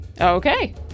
Okay